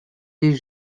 des